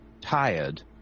tired